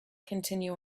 continue